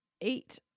eight